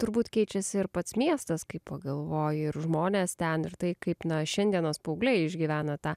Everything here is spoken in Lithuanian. turbūt keičiasi ir pats miestas kai pagalvoji ir žmonės ten ir tai kaip na šiandienos paaugliai išgyvena tą